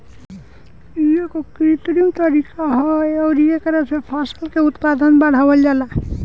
इ एगो कृत्रिम तरीका ह अउरी एकरा से फसल के उत्पादन बढ़ावल जाला